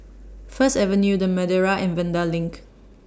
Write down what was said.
First Avenue The Madeira and Vanda LINK